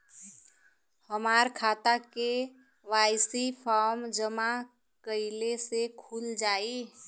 हमार खाता KYC form जमा कइले से खुल जाई?